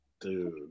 Dude